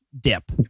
dip